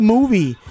Movie